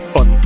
on